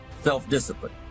self-discipline